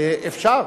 אפשר,